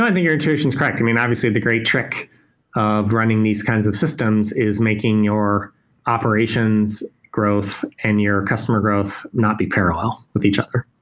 i think your intuition is correct. and obviously, the great trick of running these kinds of systems is making your operations growth and your customer growth not be parallel with each other,